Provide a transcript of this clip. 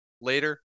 later